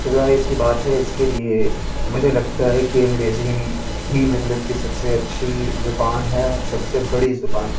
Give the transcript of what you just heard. تو ظاہر سی بات ہے اس کے لیے مجھے لگتا ہے کہ انگریزی ہی مطلب کہ سب سے اچھی زبان ہے اور سب سے بڑی زبان ہے